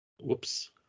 Whoops